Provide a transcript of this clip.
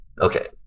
okay